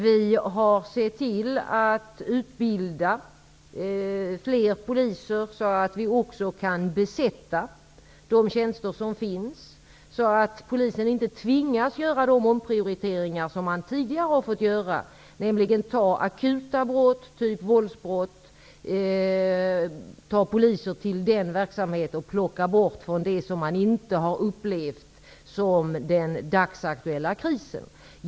Vi har sett till att utbilda fler poliser, så att de tjänster som finns kan besättas. Polisen skall inte tvingas göra de omprioriteringar de tidigare har fått göra, dvs. använda poliser i den akuta verksamheten och plocka bort tjänster från det som inte har upplevts som den dagsaktuella krisen.